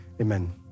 Amen